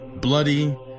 bloody